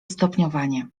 stopniowanie